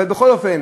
אבל בכל אופן,